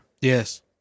Yes